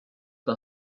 par